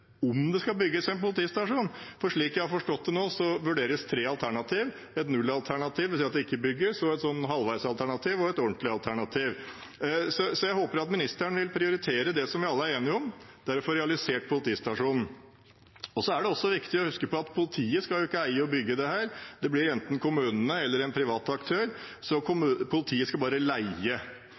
om det skal bygges en politistasjon, for slik jeg har forstått det, vurderes det nå tre alternativ: et nullalternativ, det vil si at det ikke bygges, et halvveis alternativ og et ordentlig alternativ. Jeg håper at ministeren vil prioritere det som vi alle er enige om, og det er å få realisert politistasjonen. Så er det også viktig å huske på at politiet jo ikke skal bygge og eie dette. Det blir enten kommunene eller en privat aktør, så politiet skal bare leie.